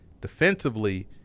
defensively